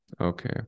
Okay